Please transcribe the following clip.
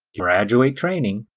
graduate training,